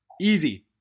Easy